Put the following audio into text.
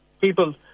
people